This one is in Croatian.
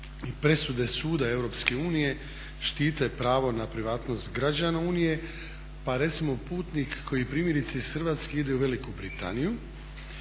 presude suda EU štite pravo na privatnost građana unije, pa recimo putnik koji primjerice iz Hrvatske ide u Veliku Britaniju